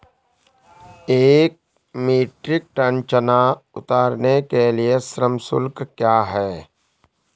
एक metric ton चना उतारने के लिए श्रम शुल्क क्या है?